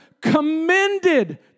commended